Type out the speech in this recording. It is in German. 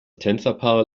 tänzerpaar